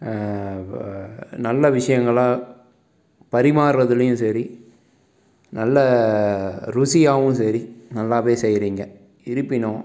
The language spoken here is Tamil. வ நல்ல விஷயங்களா பரிமார்றதுலையும் சரி நல்ல ருசியாகவும் சரி நல்லாவே செய்யறிங்க இருப்பினும்